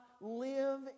live